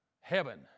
heaven